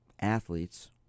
athletes